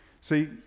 See